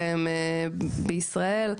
בישראל,